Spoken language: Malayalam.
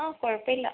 ആ കുഴപ്പമില്ല